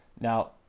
Now